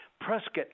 Prescott